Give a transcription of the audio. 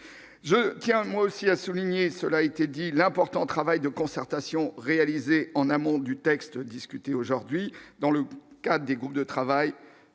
je tiens, moi aussi à souligner, cela a été dit l'important travail de concertation réalisé en amont du texte discuté aujourd'hui dans le cas des groupes de travail